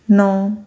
ਨੌਂ